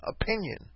opinion